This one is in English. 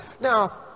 Now